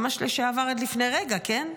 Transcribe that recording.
ממש לשעבר, עד לפני רגע, כן,